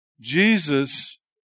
Jesus